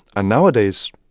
and nowadays,